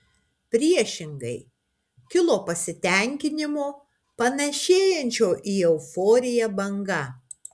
priešingai kilo pasitenkinimo panašėjančio į euforiją banga